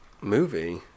movie